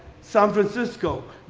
san francisco,